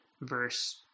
verse